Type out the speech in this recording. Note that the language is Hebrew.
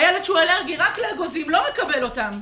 הילד שאלרגי רק לאגוזים לא מקבל אותן.